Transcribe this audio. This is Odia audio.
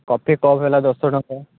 କଫି କପ୍ ହେଲା ଦଶ ଟଙ୍କା